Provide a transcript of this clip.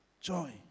joy